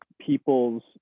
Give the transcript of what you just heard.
people's